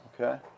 Okay